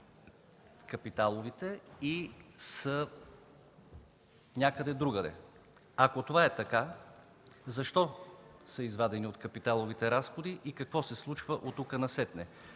капиталовите и са някъде другаде. Ако това е така, защо са извадени от капиталовите разходи и какво се случва от тук насетне?